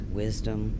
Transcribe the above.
wisdom